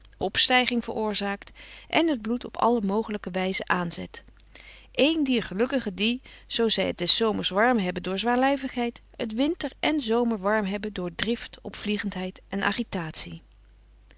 opstijging veroorzaakt en het bloed op alle mogelijke wijzen aanzet een dier gelukkigen die zoo zij het des zomers warm hebben door zwaarlijvigheid het winter en zomer warm hebben door drift opvliegendheid en